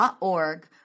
org